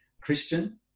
Christian